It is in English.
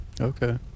Okay